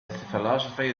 philosophy